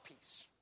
peace